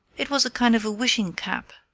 it was a kind of a wishing cap,